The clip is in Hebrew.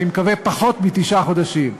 אני מקווה בתוך פחות מתשעה חודשים,